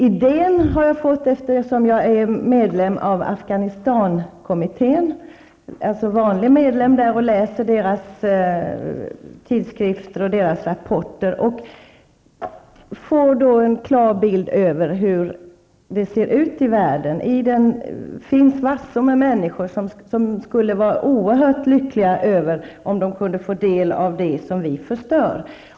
Idén har jag fått på grund av att jag är vanlig medlem i Afghanistankommittén och läser deras tidskrifter och rapporter och därigenom får en klar bild av hur det ser ut i världen. Det finns mängder av människor som skulle vara oerhört lyckliga om de kunde få del av det som vi förstör.